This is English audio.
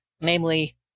namely